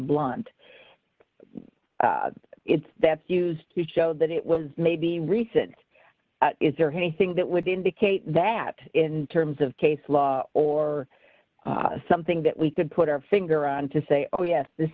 and it's that's used to show that it was maybe recent is there anything that would indicate that in terms of case law or something that we could put our finger on to say oh yes this